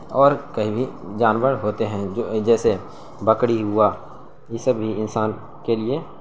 اور کہیں بھی جانور ہوتے ہیں جو جیسے بکری ہوا یہ سب بھی انسان کے لیے